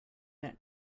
met